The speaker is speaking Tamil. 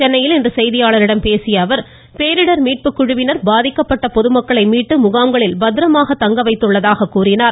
சென்னையில் இன்று செய்தியாளர்களிடம் பேசிய அவர் பேரிடர் மீட்பு குழுவினர் பாதிக்கப்பட்ட பொதுமக்களை மீட்டு முகாம்களில் பத்திரமாக தங்க வைத்திருப்பதாக கூறினார்